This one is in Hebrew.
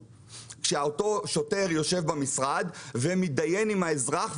כשאותו שוטר יושב במשרד ומתדיין עם האזרח,